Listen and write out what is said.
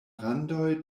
randoj